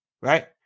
right